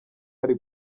hari